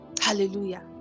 hallelujah